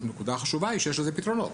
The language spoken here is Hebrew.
הנקודה החשובה היא שיש לכך פתרונות.